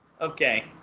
Okay